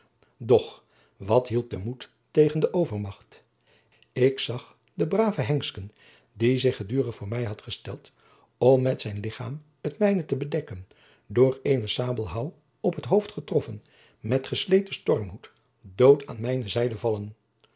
doch wat hielp de moed tegen de overmacht ik zag den braven hensken die zich gedurig voor mij had gesteld om met zijn ligchaam het mijne te bedekken door eenen sabelhouw op het hoofd getroffen met gespleten stormhoed dood aan mijne zijde vallen